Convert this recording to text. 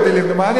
מה אני אעשה עכשיו,